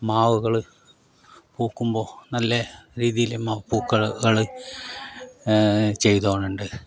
മാവുകൾ പൂക്കുമ്പോൾ നല്ല രീതിയിൽ മാവ് പൂക്കളുകൾ ചെയ്ത് കൊണ്ടുണ്ട്